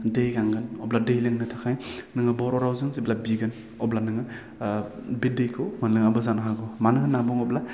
दै गांगोन अब्ला दै लोंनो थाखाय नोङो बर' रावजों जेब्ला बिगोन अब्ला नोङो बे दैखौ मोनलोङाबो जानो हागौ मानो होनना बुङोब्ला